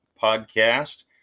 podcast